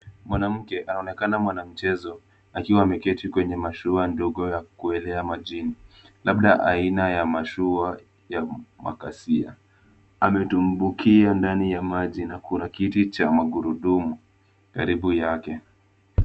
Mwanamke anaonekana mwanamchezo akiwa ameketi kwenye mashua ndogo ya kuelea majini. Labda aina ya mashua ya makasia, ametumbukia ndani ya maji na kuna kiti cha magurudumbu karibu yake.